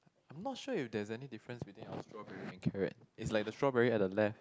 I'm not sure if there's any difference between our strawberry and carrot it's like the strawberry at the left